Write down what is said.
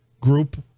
group